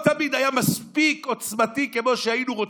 הוא לא תמיד היה מספיק עוצמתי כמו שהיינו רוצים,